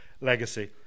legacy